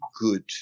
good